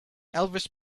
elvis